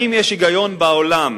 האם יש היגיון בעולם,